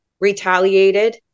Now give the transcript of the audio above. retaliated